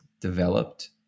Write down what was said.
developed